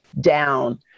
down